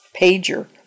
pager